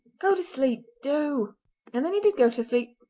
go to sleep! do and then he did go to sleep,